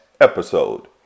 episode